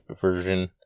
version